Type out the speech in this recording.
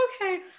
okay